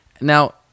Now